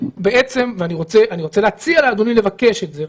ואני רוצה להציע לאדוני לבקש את זה,